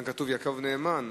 כאן כתוב: יעקב נאמן,